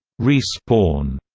respawn,